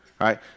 Right